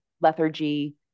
lethargy